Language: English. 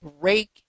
break